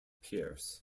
pierce